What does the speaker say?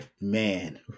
man